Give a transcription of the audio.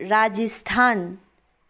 Rajasthan